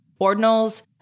ordinals